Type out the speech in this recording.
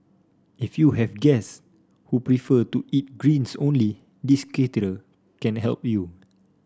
if you have guest who prefer to eat greens only this caterer can help you